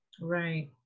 Right